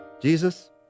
Jesus